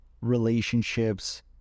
relationships